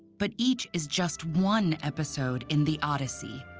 but each is just one episode in the odyssey,